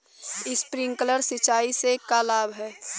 Sprinkler सिंचाई से का का लाभ ह?